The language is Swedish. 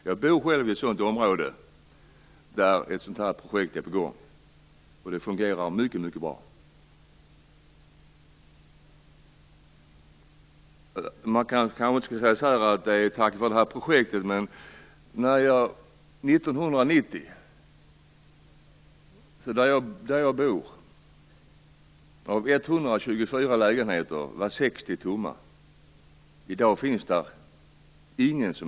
Jag bor själv i ett område där ett sådant här projekt är på gång. Det fungerar mycket bra. 1990 var 60 av 124 lägenheter tomma i mitt bostadsområde. I dag är ingen lägenhet tom.